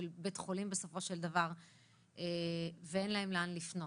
של בית חולים בסופו של דבר ואין להן לאן לפנות.